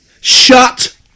Shut